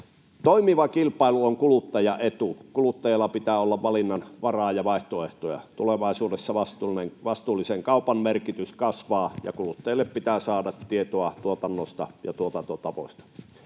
Toimiva kilpailu on kuluttajan etu. Kuluttajalla pitää olla valinnanvaraa ja vaihtoehtoja. Tulevaisuudessa vastuullisen kaupan merkitys kasvaa ja kuluttajille pitää saada tietoa tuotannosta ja tuotantotavoista.